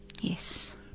Yes